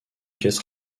pièce